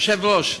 היושב-ראש,